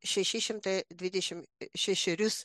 še šimtai dvidešimt šešerius